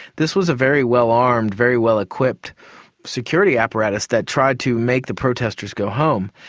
this was a very well armed, very well equipped security apparatus that tried to make the protesters go home.